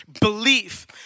belief